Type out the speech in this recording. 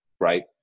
right